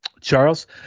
Charles